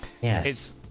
Yes